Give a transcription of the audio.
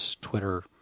Twitter